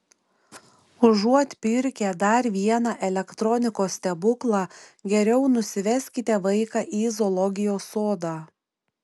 užuot pirkę dar vieną elektronikos stebuklą geriau nusiveskite vaiką į zoologijos sodą